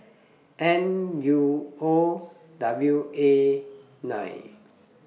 N U O W A nine